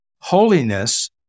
Holiness